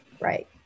Right